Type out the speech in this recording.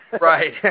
Right